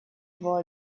его